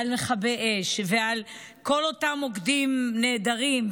על מכבי האש ועל כל אותם מוקדים נהדרים,